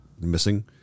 missing